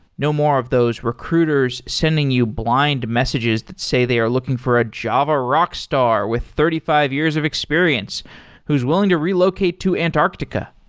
no more of those recruiters sending you blind messages that say they are looking for a java rockstar with thirty five years of experience who's willing to relocate to antarctica.